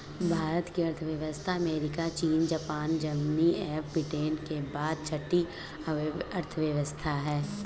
भारत की अर्थव्यवस्था अमेरिका, चीन, जापान, जर्मनी एवं ब्रिटेन के बाद छठी अर्थव्यवस्था है